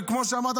וכמו שאמרת,